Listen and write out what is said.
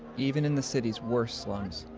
even in the cities' worst slums.